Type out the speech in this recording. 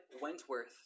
Wentworth